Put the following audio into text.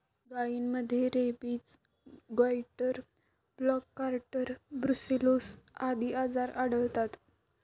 गायींमध्ये rabies, goitre, black quarter, brucellosis आदी आजार आढळतात